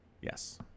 Yes